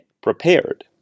prepared